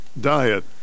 Diet